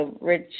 Rich